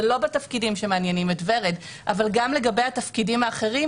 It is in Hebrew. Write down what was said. זה לא בתפקידים שמעניינים את ורד אבל גם לגבי התפקידים האחרים